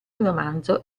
romanzo